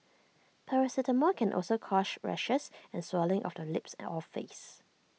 paracetamol can also cause rashes and swelling of the lips or face